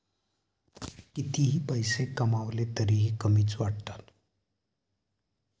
कितीही पैसे कमावले तरीही कमीच वाटतात